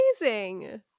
Amazing